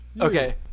Okay